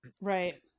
Right